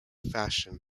fashion